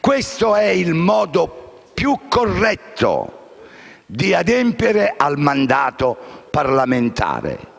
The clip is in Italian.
Questo è il modo più corretto di adempiere al mandato parlamentare.